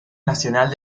nacional